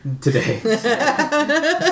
Today